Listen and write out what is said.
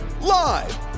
live